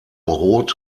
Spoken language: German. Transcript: rot